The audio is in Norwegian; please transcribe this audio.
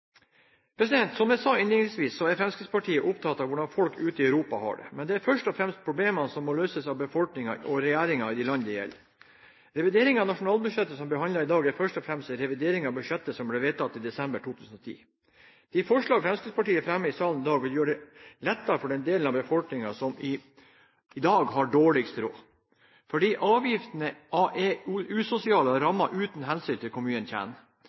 hvordan folk ute i Europa har det, men det er først og fremst problemer som må løses av befolkningen og regjeringen i de land det gjelder. Revideringen av nasjonalbudsjettet, som vi behandler i dag, er først og fremst en revidering av budsjettet som ble vedtatt i desember 2010. De forslag Fremskrittspartiet fremmer i salen i dag, vil gjøre det lettere for den delen av befolkningen som i dag har dårligst råd, fordi avgifter er usosiale og rammer uten hensyn til hvor mye en